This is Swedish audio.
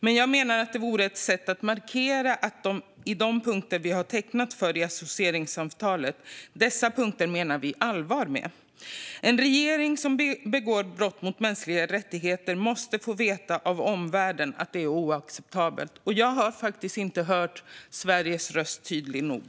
Men jag menar att det vore ett sätt att markera att vi menar allvar med de punkter vi har tecknat i associeringsavtalet. En regering som begår brott mot mänskliga rättigheter måste få veta av omvärlden att det är oacceptabelt, och jag har faktiskt inte hört Sveriges röst tydligt nog.